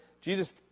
Jesus